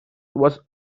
was